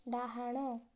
ଡାହାଣ